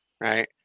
right